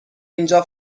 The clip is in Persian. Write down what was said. اینجا